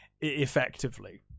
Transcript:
effectively